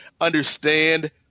understand